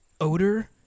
odor